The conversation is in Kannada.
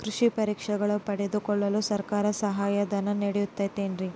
ಕೃಷಿ ಪರಿಕರಗಳನ್ನು ಪಡೆದುಕೊಳ್ಳಲು ಸರ್ಕಾರ ಸಹಾಯಧನ ನೇಡುತ್ತದೆ ಏನ್ರಿ?